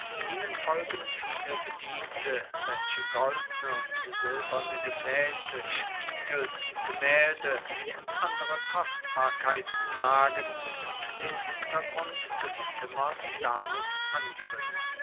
ihnen folgen viele bediente welche goldne und silberne gefäße spiegel gemälde und andere kostbarkeiten tragen und den hintergrund des zimmers damit anfüllen